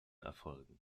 erfolgen